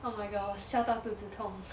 oh my gosh 笑到肚子痛